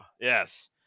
yes